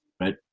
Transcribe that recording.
right